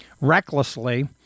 recklessly